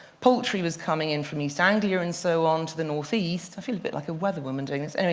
poultry was coming in from east anglia and so on, to the northeast. i feel a bit like a weather woman doing this. anyway,